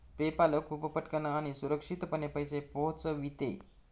PayPal खूप पटकन आणि सुरक्षितपणे पैसे पोहोचविते